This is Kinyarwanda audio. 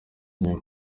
nyuma